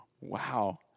Wow